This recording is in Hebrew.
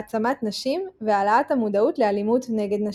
העצמת נשים והעלאת המודעות לאלימות נגד נשים.